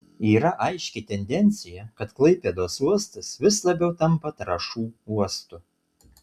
yra aiški tendencija kad klaipėdos uostas vis labiau tampa trąšų uostu